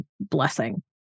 blessing